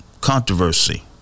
controversy